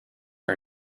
are